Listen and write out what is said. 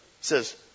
says